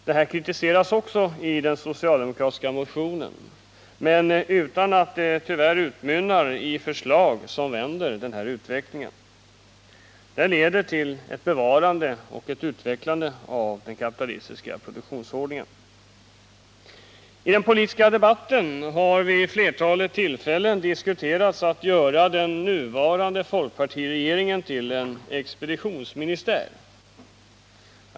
Detta kritiseras även i den socialdemokratiska motionen, men tyvärr utan att det utmynnar i förslag som vänder denna utveckling. Det leder till ett bevarande och utvecklande av den kapitalistiska produktionsordningen. I den politiska debatten har vid ett flertal tillfällen diskuterats att. man skall göra den nuvarande folkpartiregeringen till en expeditionsministär.